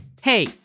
Hey